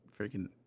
freaking